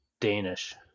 Danish